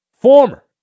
Former